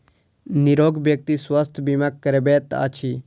निरोग व्यक्ति स्वास्थ्य बीमा करबैत अछि